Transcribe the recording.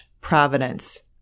providence